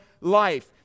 life